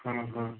ହଁ ହଁ